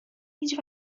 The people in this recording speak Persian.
هیچ